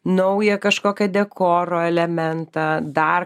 naują kažkokią dekoro elementą dar